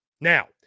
Now